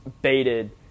baited